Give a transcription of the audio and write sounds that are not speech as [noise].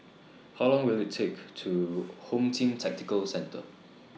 How Long Will IT Take to [noise] Home Team Tactical Centre